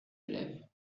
élèves